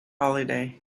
holiday